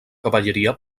cavalleria